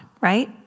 right